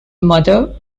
mother